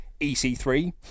EC3